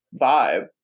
vibe